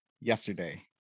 yesterday